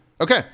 okay